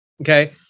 okay